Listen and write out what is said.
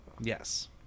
Yes